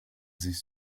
sich